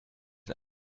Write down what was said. den